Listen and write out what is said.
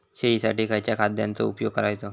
शेळीसाठी खयच्या खाद्यांचो उपयोग करायचो?